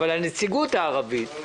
אבל גם הנציגות הערבית,